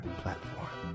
platform